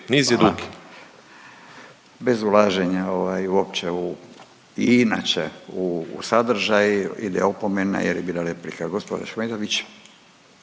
hvala, bez ulaženja ovaj uopće i inače u sadržaj ide opomena jer je bila replika. Gospođo Ahmetović,